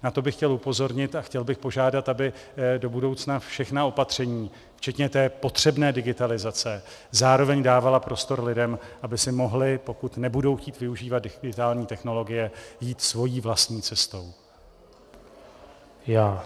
Na to bych chtěl upozornit a chtěl bych požádat, aby do budoucna všechna opatření, včetně té potřebné digitalizace, zároveň dávala prostor lidem, aby si mohli, pokud nebudou chtít využívat digitální technologie, jít svou vlastní cestou.